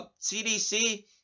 CDC